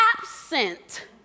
Absent